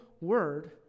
word